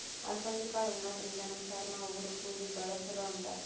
ಅಲಸಂದಿ ಕಾಳ್ ಉಣಾದ್ರಿನ್ದ ನಮ್ ಚರ್ಮ, ಉಗುರ್, ಕೂದಲಿಗ್ ಭಾಳ್ ಛಲೋ ಅಂತಾರ್